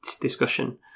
discussion